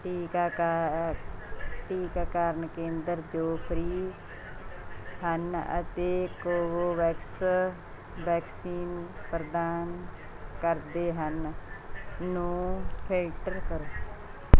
ਟੀਕਾਕਾ ਟੀਕਾਕਰਨ ਕੇਂਦਰ ਜੋ ਫ੍ਰੀ ਹਨ ਅਤੇ ਕੋਵੋਵੈਕਸ ਵੈਕਸੀਨ ਪ੍ਰਦਾਨ ਕਰਦੇ ਹਨ ਨੂੰ ਫਿਲਟਰ ਕਰੋ